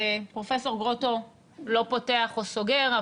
פרופ' גרוטו לא פותח או סוגר,